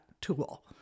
tool